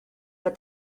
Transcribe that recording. but